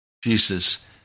Jesus